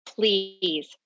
please